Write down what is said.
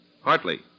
Hartley